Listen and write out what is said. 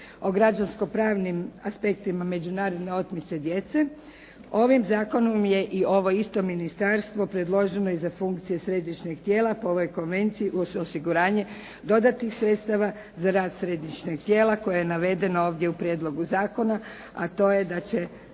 o građansko-pravnim aspektima međunarodne otmice djece ovim zakonom je i ovo isto ministarstvo predloženo i za funkcije središnjeg tijela po ovoj Konvenciji uz osiguranje dodatnih sredstava za rad Središnjeg tijela koje je navedeno ovdje u prijedlogu zakona, a to je da će